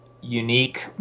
unique